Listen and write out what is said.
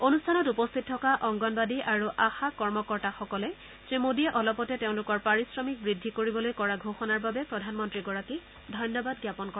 অনুষ্ঠানত উপস্থিত থকা অংগনবাড়ী আৰু আশা কৰ্মকৰ্তাসকলে শ্ৰীমোদীয়ে অলপতে তেওঁলোকৰ পাৰিশ্ৰমিক বৃদ্ধি কৰিবলৈ কৰা ঘোষণাৰ বাবে প্ৰধানমন্ত্ৰীগৰাকীক ধন্যবাদ জ্ঞাপন কৰে